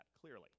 clearly